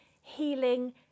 Healing